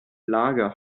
lager